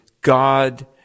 God